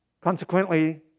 Consequently